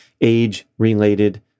age-related